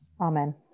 Amen